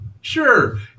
Sure